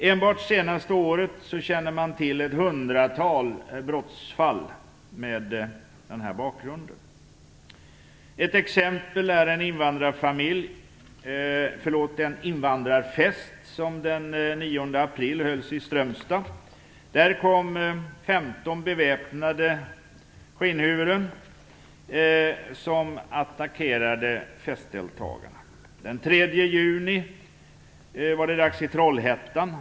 Enbart under det senaste året känner man till ett hundratal brottsfall med den här bakgrunden. Ett exempel är en invandrarfest som hölls den 9 april i Strömstad. Där kom 15 beväpnade skinnhuvuden och attackerade festdeltagarna. Den 3 juni var det dags i Trollhättan.